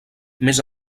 més